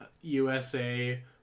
USA